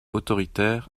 autoritaire